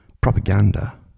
Propaganda